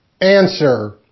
Answer